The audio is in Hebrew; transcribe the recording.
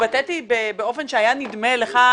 התבטאתי באופן שהיה נדמה לך,